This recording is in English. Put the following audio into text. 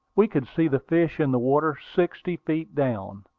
we could see the fish in the water, sixty feet down.